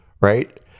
Right